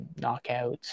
knockouts